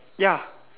ya